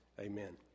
amen